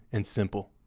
and simple.